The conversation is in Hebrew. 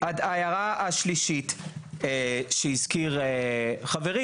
וההערה השלישית שהזכיר חברי.